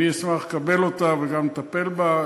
אשמח לקבל אותה וגם לטפל בה,